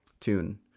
tune